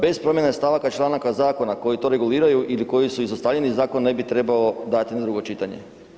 Bez promjene stavaka članaka zakona koji to reguliraju ili su izostavljeni zakon ne bi trebalo dati na drugo čitanje.